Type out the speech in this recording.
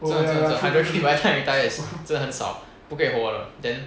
真的真的真的 hundred K 来 retire 真的很少不可以活的